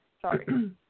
sorry